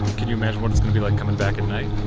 can you imagine what it's gonna be like comin' back at night?